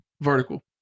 vertical